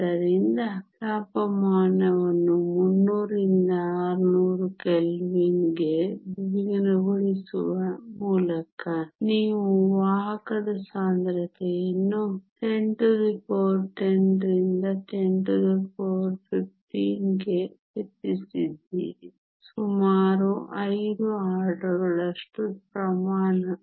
ಆದ್ದರಿಂದ ತಾಪಮಾನವನ್ನು 300 ರಿಂದ 600 ಕೆಲ್ವಿನ್ಗೆ ದ್ವಿಗುಣಗೊಳಿಸುವ ಮೂಲಕ ನೀವು ವಾಹಕದ ಸಾಂದ್ರತೆಯನ್ನು 1010 ರಿಂದ 1015 ಕ್ಕೆ ಹೆಚ್ಚಿಸಿದ್ದೀರಿ ಸುಮಾರು 5 ಆರ್ಡರ್ಗಳಷ್ಟು ಪ್ರಮಾಣ